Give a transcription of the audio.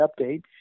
update